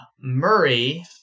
Murray